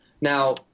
Now